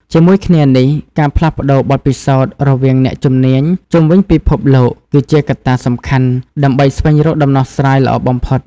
ជាមួយគ្នានេះ ការផ្លាស់ប្ដូរបទពិសោធន៍រវាងអ្នកជំនាញជុំវិញពិភពលោក គឺជាកត្តាសំខាន់ដើម្បីស្វែងរកដំណោះស្រាយល្អបំផុត។